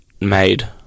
made